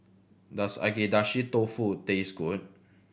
does Agedashi Dofu taste good